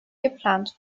geplant